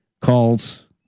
calls